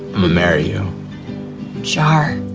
mario char